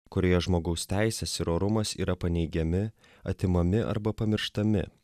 kurioje žmogaus teisės ir orumas yra paneigiami atimami arba pamirštami